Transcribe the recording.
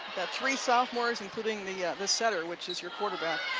three sophomores, including the the setter, which is your quarterback.